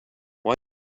why